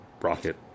rocket